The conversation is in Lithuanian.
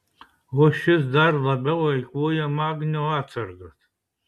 o šis dar labiau eikvoja magnio atsargas